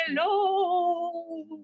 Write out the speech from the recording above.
Hello